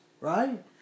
right